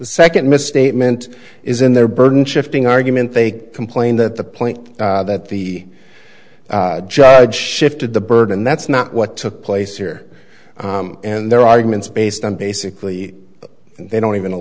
the second misstatement is in their burden shifting argument they complain that the point that the judge shifted the burden that's not what took place here and their arguments based on basically they don't even